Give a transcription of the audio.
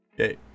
Okay